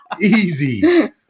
easy